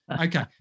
Okay